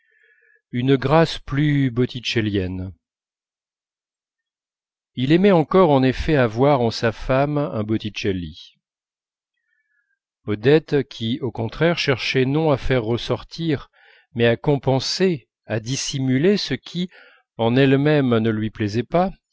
une grâce plus botticellienne il aimait encore en effet à voir en sa femme un botticelli odette qui au contraire cherchait non à faire ressortir mais à compenser à dissimuler ce qui en elle-même ne lui plaisait pas